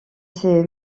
ses